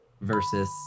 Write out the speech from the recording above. versus